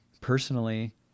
personally